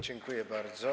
Dziękuję bardzo.